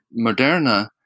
Moderna